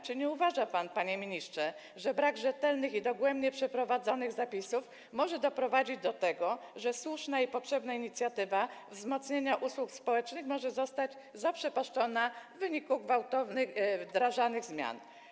Czy nie uważa pan, panie ministrze, że brak rzetelnych i dogłębnie przeprowadzonych zapisów może doprowadzić do tego, że słuszna i potrzebna inicjatywa wzmocnienia usług społecznych może zostać zaprzepaszczona w wyniku gwałtownie wdrażanych zmian?